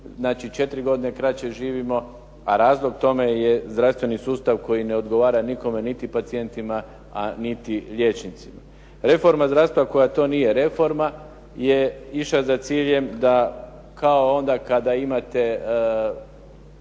Znači 4 godine kraće živimo, a razlog tome je zdravstveni sustav koji ne odgovara nikome niti pacijentima, a niti liječnicima. Reforma zdravstva koja to nije reforma je išla za ciljem da kao onda kada imate